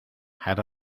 had